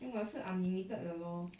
think 我要吃 unlimited 的 lor